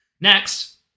Next